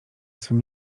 swym